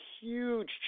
huge